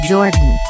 Jordan